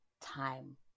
time